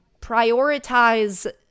prioritize